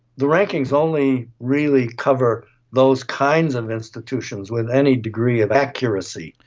the rankings only really cover those kinds of institutions with any degree of accuracy.